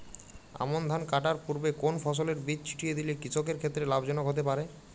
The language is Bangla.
আমন ধান কাটার পূর্বে কোন ফসলের বীজ ছিটিয়ে দিলে কৃষকের ক্ষেত্রে লাভজনক হতে পারে?